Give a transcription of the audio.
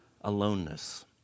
aloneness